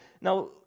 Now